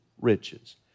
riches